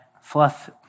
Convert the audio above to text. fluff